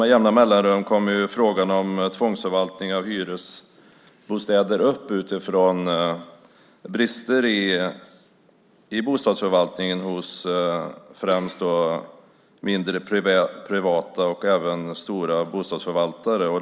Med jämna mellanrum kommer frågan om tvångsförvaltning av hyresbostäder vid brister i bostadsförvaltningen hos mindre och även större privata bostadsförvaltare upp.